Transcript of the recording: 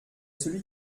celui